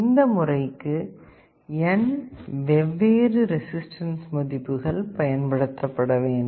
இந்த முறைக்கு n வெவ்வேறு ரெசிஸ்டன்ஸ் மதிப்புகள் பயன்படுத்தப்பட வேண்டும்